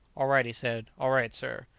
all right! he said, all right, sir.